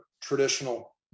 traditional